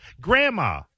Grandma